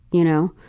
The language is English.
you know.